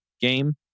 game